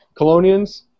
colonians